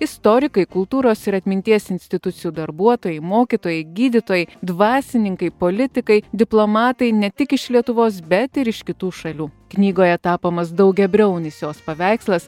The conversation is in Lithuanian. istorikai kultūros ir atminties institucijų darbuotojai mokytojai gydytojai dvasininkai politikai diplomatai ne tik iš lietuvos bet ir iš kitų šalių knygoje tapomas daugiabriaunis jos paveikslas